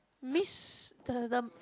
Miss the the the